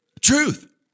Truth